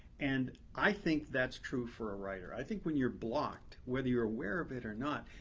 and i think that's true for a writer. i think when you're blocked, whether you're aware of it or not,